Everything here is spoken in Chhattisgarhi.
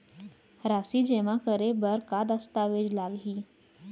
राशि जेमा करे बर का दस्तावेज लागही?